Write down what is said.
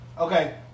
Okay